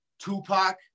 Tupac